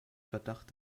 verdacht